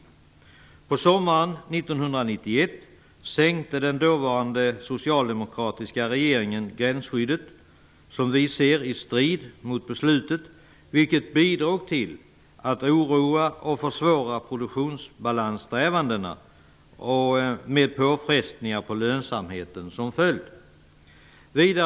Under sommaren 1991 sänkte den dåvarande socialdemokratiska regeringen gränsskyddet -- som vi ser det -- i strid mot beslutet, vilket bidrog till att oroa och försvåra produktionsbalanssträvandena med påfrestningar på lönsamheten som följd.